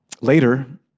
Later